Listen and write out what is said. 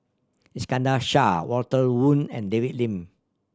Iskandar Shah Walter Woon and David Lim